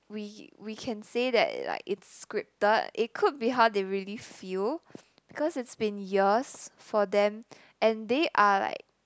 we we can say that like it's scripted it could be how they really feel because it's been years for them and they are like